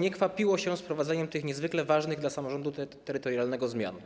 nie kwapiło się z wprowadzeniem tych niezwykle ważnych dla samorządu terytorialnego zmian?